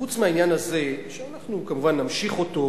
חוץ מהעניין הזה, שאנחנו כמובן נמשיך אותו,